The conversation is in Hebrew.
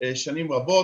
שנים רבות,